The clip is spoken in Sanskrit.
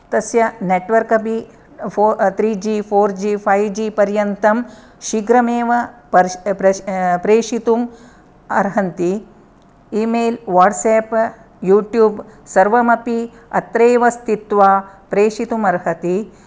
तस्य नेट्वर्क् अपि फो त्रि G four G five G पर्यन्तं शीघ्रमेव पर्श् प्रेश् प्रेषितुम् अर्हन्ति ईमेल् वाट्सेप् युट्यूब् सर्वमपि अत्रैव स्थित्वा प्रेषितुम् अर्हति